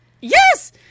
Yes